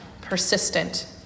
persistent